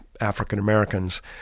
African-Americans